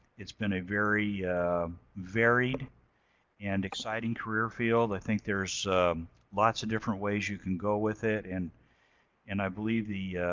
it's been a very varied and exciting career field. i think there's lots of different ways you can go with it, and and i believe the